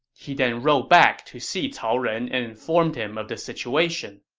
he then rode back to see cao ren and informed him of the situation